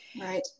Right